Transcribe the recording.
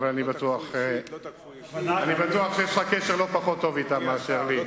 אני בטוח שיש לך קשר לא פחות טוב אתם מאשר לי.